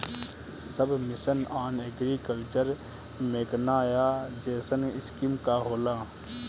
सब mission on agriculture mechanisation scheme का होला?